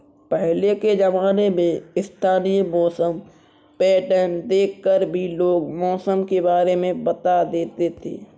पहले के ज़माने में स्थानीय मौसम पैटर्न देख कर भी लोग मौसम के बारे में बता देते थे